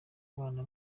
abana